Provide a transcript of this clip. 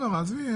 עזבי,